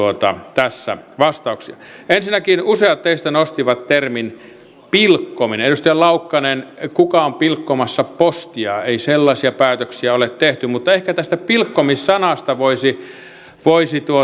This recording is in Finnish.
tässä vastauksia ensinnäkin useat teistä nostivat termin pilkkominen edustaja laukkanen kuka on pilkkomassa postia ei sellaisia päätöksiä ole tehty mutta ehkä tästä pilkkomis sanasta voisi voisi